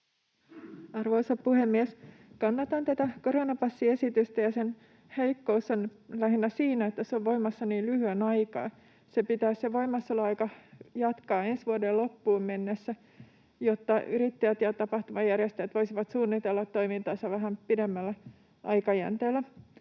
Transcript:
Arvoisa puhemies! Kannatan tätä koronapassiesitystä. Sen heikkous on lähinnä siinä, että se on voimassa niin lyhyen aikaa. Sitä voimassaoloaikaa pitää jatkaa ensi vuoden loppuun, jotta yrittäjät ja tapahtumajärjestäjät voisivat suunnitella toimintaansa vähän pidemmällä aikajänteellä.